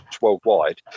worldwide